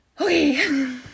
Okay